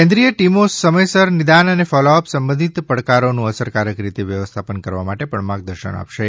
કેન્દ્રિય ટીમો સમયસર નિદાન અને ફોલોઅપ સંબંધિત પડકારોનું અસરકારક રીતે વ્યવ્થાપન કરવા માટે પણ માર્ગદર્શન આપશે